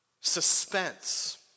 suspense